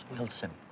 Wilson